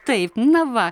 taip na va